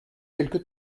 quelque